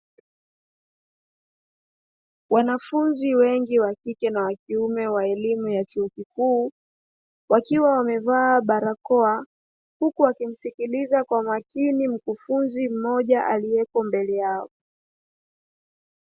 Wanafunzi wengi wakiume na wakike wa elimu ya chuo kikuu, wakiwa wameva barakoa, huku wakimsikiliza kwa makini mkufunzi mmoja aliyeko mbele yao.